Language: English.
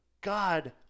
God